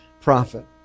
prophet